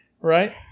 right